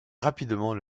rapidement